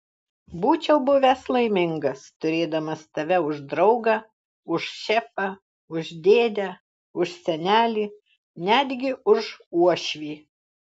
būčiau buvęs laimingas turėdamas tave už draugą už šefą už dėdę už senelį netgi už uošvį